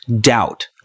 doubt